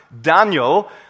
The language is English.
Daniel